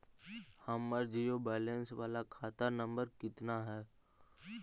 हमर zero balance बाला खाता नम्बर कितना है?